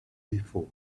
before